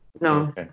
No